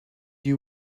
you